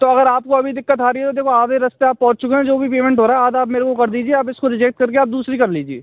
तो अगर आपको अभी दिक्कत आ रही है तो देखो आधे रास्ते आप पहुँच चुके हैं जो भी पेमेंट हो रहा आधा आप मेरे को कर दीजिए आप इसको रिजेक्ट करके आप दूसरी कर लीजिए